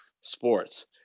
sports